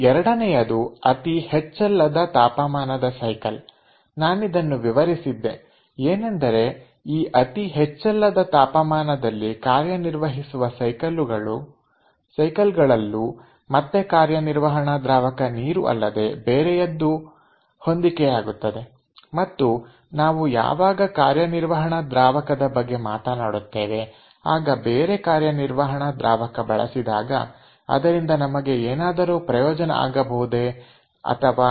ಎರಡನೆಯದು ಅತಿ ಹೆಚ್ಚಲ್ಲದ ತಾಪಮಾನದ ಸೈಕಲ್ ನಾನಿದನ್ನು ವಿವರಿಸಿದ್ದೆ ಏನೆಂದರೆ ಈ ಅತಿ ಹೆಚ್ಚಲ್ಲದ ತಾಪಮಾನದಲ್ಲಿ ಕಾರ್ಯನಿರ್ವಹಿಸುವ ಸೈಕಲ್ಲುಗಳಲ್ಲು ಮತ್ತೆ ಕಾರ್ಯನಿರ್ವಹಣ ದ್ರಾವಕ ನೀರು ಅಲ್ಲದೇ ಬೇರೆಯದ್ದು ಹೊಂದಿಕೆ ಆಗುತ್ತದೆ ಮತ್ತು ನಾವು ಯಾವಾಗ ಕಾರ್ಯನಿರ್ವಹಣ ದ್ರಾವಕದ ಬಗ್ಗೆ ಮಾತನಾಡುತ್ತೇವೆ ಆಗ ಬೇರೆ ಕಾರ್ಯನಿರ್ವಹಣ ದ್ರಾವಕ ಬಳಸಿದಾಗ ಅದರಿಂದ ನಮಗೆ ಏನಾದರೂ ಪ್ರಯೋಜನ ಆಗಬಹುದೇ